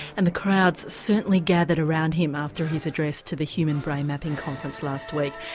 and the crowds certainly gathered around him after his address to the human brain mapping conference last week.